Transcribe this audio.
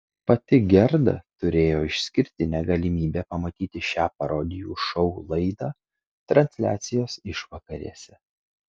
pati gerda turėjo išskirtinę galimybę pamatyti šią parodijų šou laidą transliacijos išvakarėse